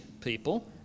people